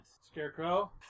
scarecrow